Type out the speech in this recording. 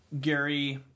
Gary